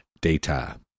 data